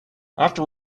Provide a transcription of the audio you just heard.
after